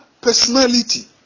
personality